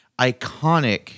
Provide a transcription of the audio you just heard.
iconic